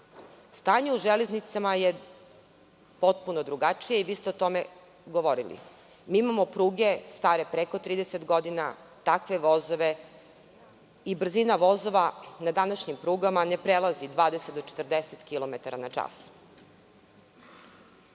u Železnicama je potpuno drugačije i vi ste o tome govorili. Imamo pruge stare preko 30 godina, takve vozove i brzina vozova na današnjim prugama ne prelazi 20 do 40 kilometara